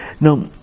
Now